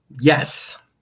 Yes